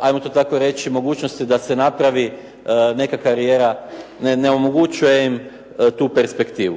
ajmo to tako reći mogućnosti da se napravi nekakva karijera, ne omogućujem im tu perspektivu.